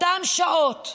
אותן שעות,